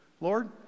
Lord